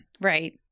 Right